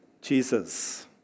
Jesus